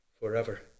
forever